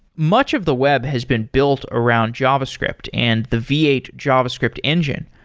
much of the web has been built around javascript and the v eight javascript engine,